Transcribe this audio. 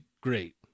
great